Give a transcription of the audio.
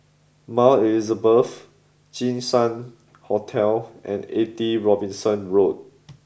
Mount Elizabeth Jinshan Hotel and eighty Robinson Road